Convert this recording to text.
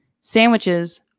sandwiches